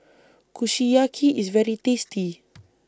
Kushiyaki IS very tasty